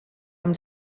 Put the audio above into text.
amb